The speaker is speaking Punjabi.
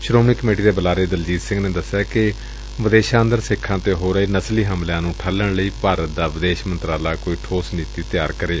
ਸ਼ੌਮਣੀ ਕਮੇਟੀ ਦੇ ਬੁਲਾਰੇ ਦਲਜੀਤ ਸਿੰਘ ਨੇ ਕਿਹੈ ਕਿ ਵਿਦੇਸ਼ਾਂ ਔਦਰ ਸਿੱਖਾਂ ਤੇ ਹੋ ਰਹੇ ਨਸਲੀ ਹਮਲਿਆਂ ਨੂੰ ਠੱਲੁਣ ਲਈ ਭਾਰਤ ਦਾ ਵਿਦੇਸ਼ ਮੰਤਰਾਲਾ ਕੋਈ ਠੋਸ ਨੀਤੀ ਬਣਾਵੇ